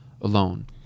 alone